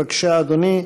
בבקשה אדוני,